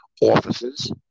offices